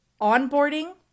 onboarding